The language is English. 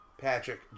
Patrick